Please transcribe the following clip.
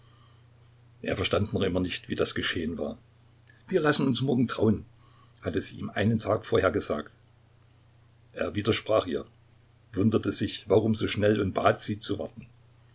er verstand noch immer nicht wie das geschehen war wir lassen uns morgen trauen hatte sie ihm einen tag vorher gesagt er widersprach ihr wunderte sich warum so schnell und bat sie zu warten